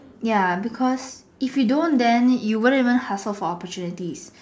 ya because if you don't then you wouldn't even hustle for opportunities